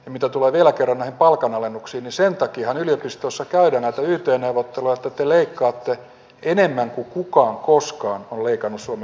mitä tulee vielä kerran näihin palkanalennuksiin niin sen takiahan yliopistoissa käydään näitä yt neuvotteluja että te leikkaatte enemmän kuin kukaan koskaan on leikannut suomen yliopistoilta